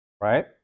right